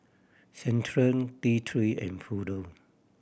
Centrum T Three and Futuro